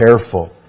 careful